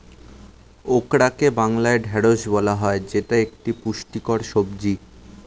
ওকরাকে বাংলায় ঢ্যাঁড়স বলা হয় যেটা একটি পুষ্টিকর সবজি